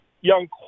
young